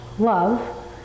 love